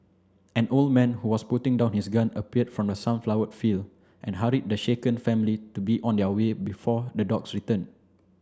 an old man who was putting down his gun appeared from the sunflower field and hurried the shaken family to be on their way before the dogs return